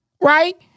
right